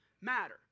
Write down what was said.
matter